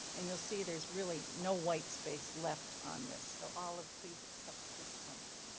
and you'll see there's really no white space left on this. so, olive, please accept this from us.